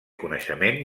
coneixement